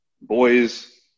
boys